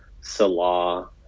salah